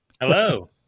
Hello